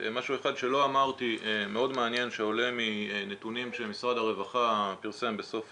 משהו אחד שלא אמרתי מאוד מעניין שעולה מנתונים שמשרד הרווחה פרסם בסוף